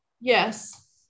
Yes